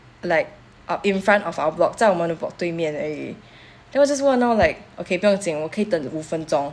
like uh in front of our block 在我们的 block 对面而已 then 我 just 问他 like okay 不用紧我可以等五分钟